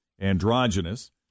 androgynous